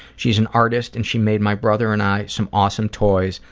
she's an artist and she made my brother and i some awesome toys,